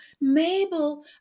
Mabel